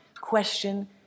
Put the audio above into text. question